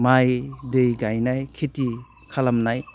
माइ दै गायनाय खेथि खालामनाय